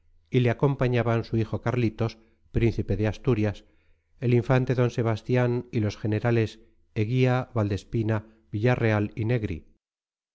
y le acompañaban su hijo carlitos príncipe de asturias el infante d sebastián y los generales eguía valdespina villarreal y negri